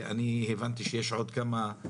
חשוב לציין שבהקשר הזה,